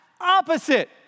opposite